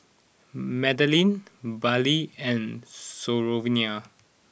Madaline Baylie and Sophronia